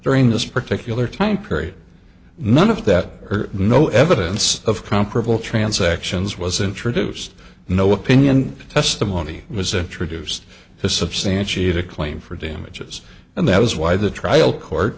during this particular time period none of that or no evidence of comparable transactions was introduced and no opinion testimony was introduced to substantiate a claim for damages and that was why the trial court